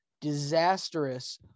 disastrous